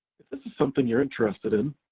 if this is something you're interested in,